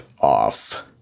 off